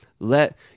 let